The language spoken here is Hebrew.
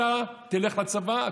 אתה תלך לצבא,